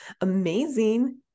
Amazing